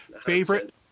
Favorite